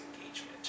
engagement